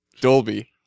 Dolby